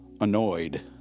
annoyed